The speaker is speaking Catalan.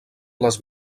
les